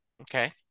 Okay